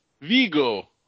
vigo